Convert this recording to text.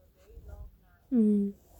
mm